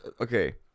Okay